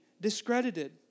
discredited